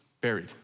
buried